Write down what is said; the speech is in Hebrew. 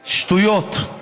שטויות.